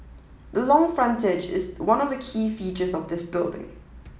the long frontage is one of the key features of this building